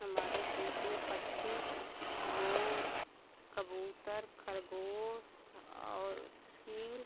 हमारे देश में पक्षी मोर कबूतर खरगोश हं और चील